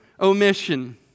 omission